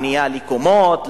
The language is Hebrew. הבנייה בקומות,